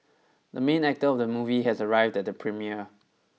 the main actor of the movie has arrived at the premiere